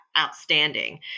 outstanding